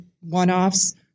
one-offs